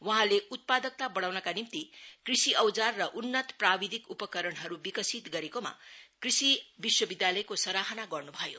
वहाँले उत्पादकता बढ़ाउनका निम्ति कृषि औजार र उन्नत प्राविधिक उपकरणहरू विकसित गरेकोमा कृषि विश्वविद्यालयको सराहना गर्नु भयो